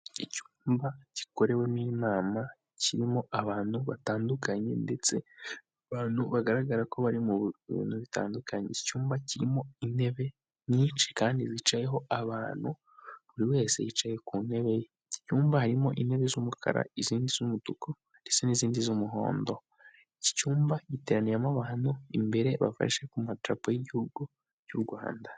Icyumba gikorewemo inama, kirimo abantu batandukanye ndetse abantu bagaragara ko bari mu bintu bitandukanye. Iki icyumba kirimo intebe nyinshi kandi zicayeho abantu, buri wese yicaye ku ntebe ye. Iki cyumba harimo intebe z'umukara izindi z'umutuku ndetse n'izindi z'umuhondo. Iki cyumba giteraniyemo abantu imbere bafashe ku madarapo y'igihugu cy'u Rwanda.